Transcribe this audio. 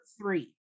three